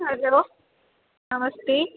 hello नमस्ते